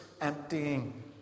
emptying